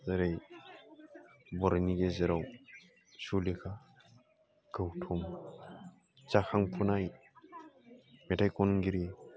जेरै बर'नि गेजेराव सुलेखा गौथम जाखांफुनाय मेथाइ खनगिरि